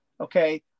okay